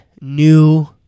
new